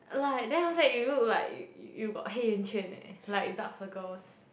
like then after that you look like you got hei yan quan eh like dark circles